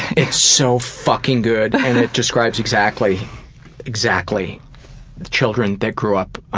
it's so fucking good, and it describes exactly exactly children that grew up